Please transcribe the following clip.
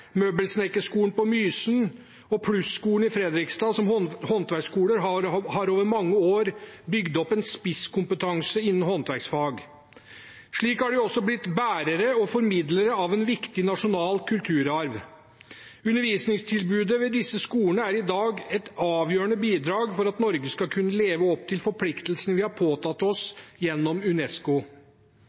Mysen og Plus-skolen i Fredrikstad har som håndverksskoler over mange år bygd opp en spisskompetanse innen håndverksfag. Slik har de også blitt bærere og formidlere av en viktig nasjonal kulturarv. Undervisningstilbudet ved disse skolene er i dag et avgjørende bidrag til at Norge skal kunne leve opp til forpliktelsene vi har påtatt oss gjennom UNESCO.